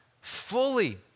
fully